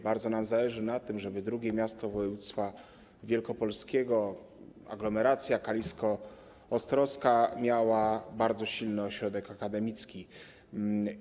Bardzo nam zależy na tym, żeby drugie miasto woj. wielkopolskiego, aglomeracja kalisko-ostrowska, miało bardzo silny ośrodek akademicki.